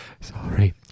Sorry